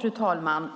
Fru talman!